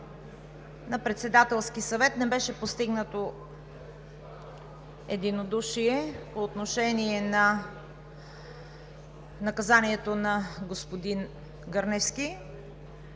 На Председателския съвет не беше постигнато единодушие по отношение на наказанието на господин Гърневски.